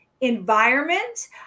environment